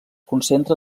concentra